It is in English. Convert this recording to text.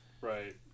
Right